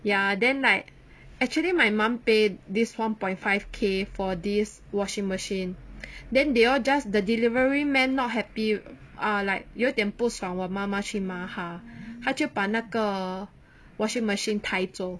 ya then like actually my mum pay this one point five K for this washing machine then they all just the delivery man not happy ah like 有点不爽我妈妈去骂他他就把那个 washing machine 抬走